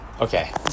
okay